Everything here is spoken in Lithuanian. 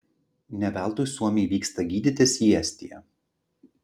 ne veltui suomiai vyksta gydytis į estiją